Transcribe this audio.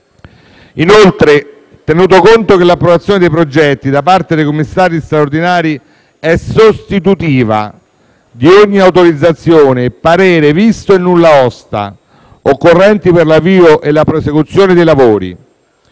legge; tenuto conto che: l'approvazione dei progetti da parte dei commissari straordinari è sostitutiva di ogni autorizzazione, parere, visto e nulla-osta occorrenti per l'avvio o la prosecuzione dei lavori;